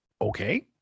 okay